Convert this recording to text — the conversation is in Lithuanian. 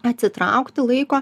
atsitraukti laiko